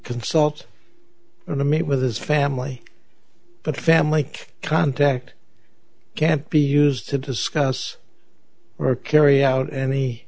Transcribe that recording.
maid with his family but family contact can't be used to discuss or carry out any